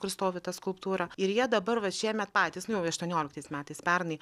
kur stovi ta skulptūra ir jie dabar vat šiemet patys nu jau aštuonioliktais metais pernai